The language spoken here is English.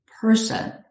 person